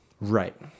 Right